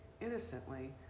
innocently